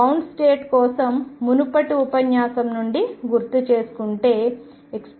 bound state కోసం మునుపటి ఉపన్యాసం నుండి గుర్తుచేసుకుంటే ⟨p⟩ 0